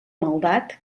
maldat